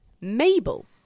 Mabel